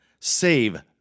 Save